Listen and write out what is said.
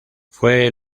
fue